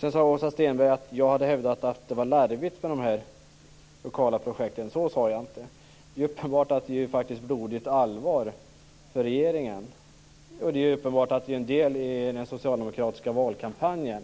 Sedan sade Åsa Stenberg att jag hade hävdat att de lokala projekten är larviga. Så sade jag inte. Det är uppenbart att det är blodigt allvar för regeringen. Det är uppenbart att de är en del i den socialdemokratiska valkampanjen.